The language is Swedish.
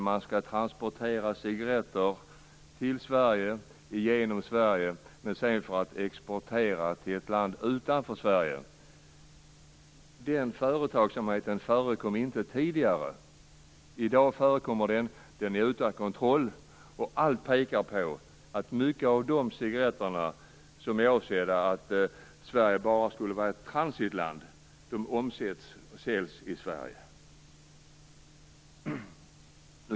Man transporterar cigaretter genom Sverige för att exportera dem till ett land utanför Sverige. Den företagsamheten förekom inte tidigare. I dag förekommer den, och det finns ingen kontroll. Allt pekar på att en stor del av de cigaretter för vilka Sverige bara skulle vara ett transitland omsätts och säljs här.